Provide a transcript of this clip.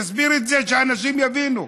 תסביר את זה, שאנשים יבינו.